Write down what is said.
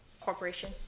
corporation